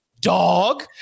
dog